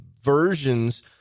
versions